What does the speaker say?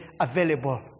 available